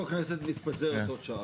דוד.